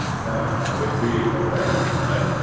now, it being november time,